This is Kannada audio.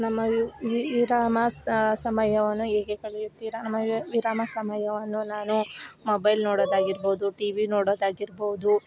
ನಮ್ಮ ವಿರಾಮ ಸಮಯವನ್ನು ಹೇಗೆ ಕಳೆಯುತ್ತೀರಾ ನಮ್ಮ ವಿರಾಮ ಸಮಯವನ್ನು ನಾನು ಮೊಬೈಲ್ ನೋಡೋದು ಆಗಿರ್ಬೌದು ಟಿವಿ ನೋಡೋದು ಆಗಿರ್ಬೌದು